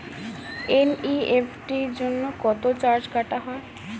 NEFT জন্য কত charge কাটা হয়?